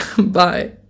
Bye